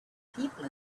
people